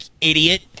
idiot